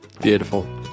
Beautiful